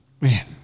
Man